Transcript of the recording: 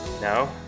No